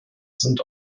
sind